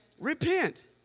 Repent